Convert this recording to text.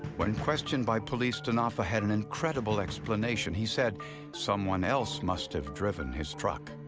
when questioned by police, denofa had an incredible explanation. he said someone else must have driven his truck.